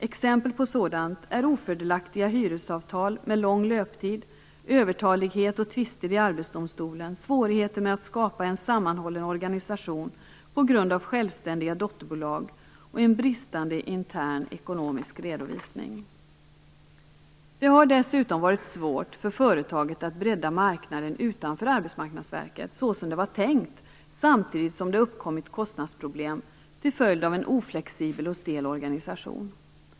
Exempel på sådant är ofördelaktiga hyresavtal med lång löptid, övertalighet och tvister i Arbetsdomstolen, svårigheter med att skapa en sammanhållen organisation på grund av självständiga dotterbolag och en bristande intern ekonomisk redovisning. Det har dessutom varit svårt för företaget att bredda marknaden utanför Arbetsmarknadsverket så som det var tänkt, samtidigt som det har uppkommit kostnadsproblem till följd av en oflexibel och stel organisation.